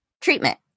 treatment